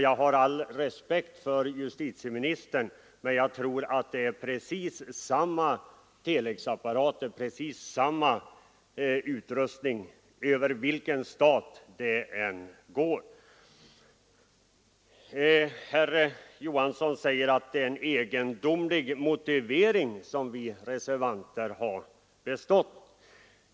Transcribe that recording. Jag har all respekt för justitieministern, men jag tror att det är precis samma telexapparater, precis samma utrustning, vilken stat de än betalas över. Herr Johansson i Växjö säger att det är en egendomlig motivering som vi reservanter har anfört.